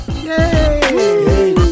yay